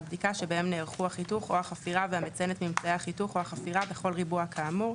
הבדיקה שבהם נערכו החיתוך או החפירה בכל ריבוע כאמור,